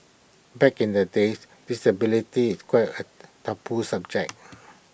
back in the days disability is quite A taboo subject